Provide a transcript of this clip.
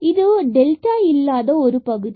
இது டெல்டா இல்லாத ஒரு பகுதி